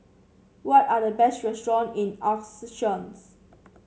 what are the best restaurant in